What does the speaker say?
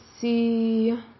see